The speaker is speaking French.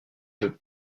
peut